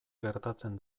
gertatzen